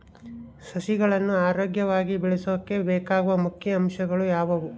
ಸಸಿಗಳನ್ನು ಆರೋಗ್ಯವಾಗಿ ಬೆಳಸೊಕೆ ಬೇಕಾಗುವ ಮುಖ್ಯ ಅಂಶಗಳು ಯಾವವು?